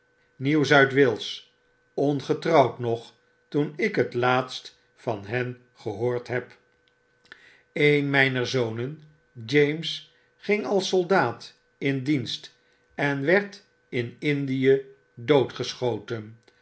zuid wales ongetrouwd nog toen ik het laatste van hen gehoord heb een mijner zonen james ging als soldaat in dienst en wefd in indie doodgeschoten